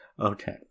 Okay